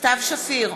סתיו שפיר,